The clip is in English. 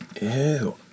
Ew